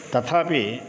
तथापि